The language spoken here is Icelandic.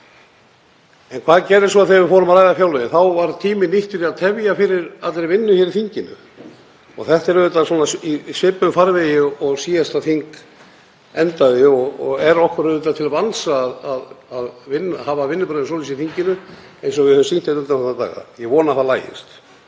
En hvað gerðist svo þegar við fórum að ræða fjárlögin? Þá var tíminn nýttur í að tefja fyrir allri vinnu hér í þinginu. Þetta er í svipuðum farvegi og síðasta þing endaði og er okkur til vansa að hafa vinnubrögðin í þinginu eins og við höfum sýnt undanfarna daga. Ég vona að það lagist.